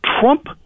Trump